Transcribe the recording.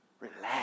relax